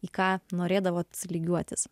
į ką norėdavot lygiuotis